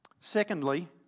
secondly